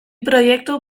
proiektu